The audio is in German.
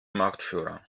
marktführer